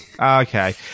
Okay